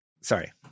Sorry